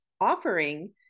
offering